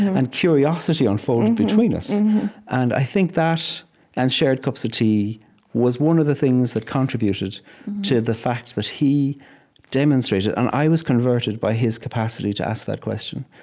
and curiosity unfolded between us and i think that and shared cups of tea was one of the things that contributed to the fact that he demonstrated, and i was converted by, his capacity to ask that question.